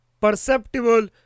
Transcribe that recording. perceptible